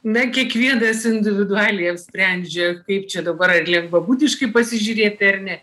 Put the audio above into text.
na kiekvienas individualiai apsprendžia kaip čia dabar ar lengvabūdiški pasižiūrėti ar ne